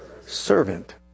Servant